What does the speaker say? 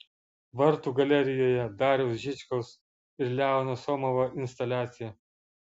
vartų galerijoje dariaus žickaus ir leono somovo instaliacija